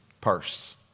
purse